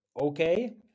okay